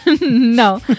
No